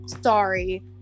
Sorry